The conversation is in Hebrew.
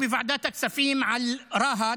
בוועדת הכספים דיברנו על רהט,